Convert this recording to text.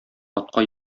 атка